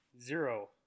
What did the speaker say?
zero